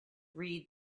read